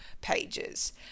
pages